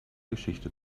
geschichte